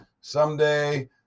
someday